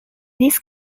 this